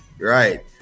Right